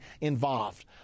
involved